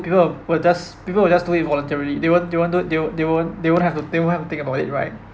people will just people will just do it voluntarily they won't they won't do they won't they won't have to think don't have to think about it right